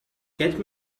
get